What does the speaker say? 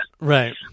Right